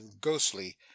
ghostly